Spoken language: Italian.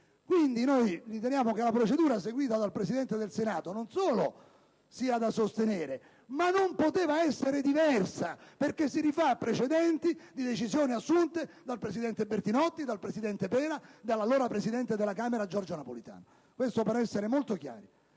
Quindi, riteniamo che la procedura seguita dal Presidente del Senato non solo sia da sostenere, ma non potesse essere diversa, perché si rifà a precedenti di decisioni assunte dal presidente Bertinotti, dal presidente Pera e dall'allora presidente della Camera Giorgio Napolitano. Questo per essere molto chiari.